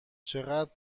چقدر